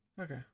Okay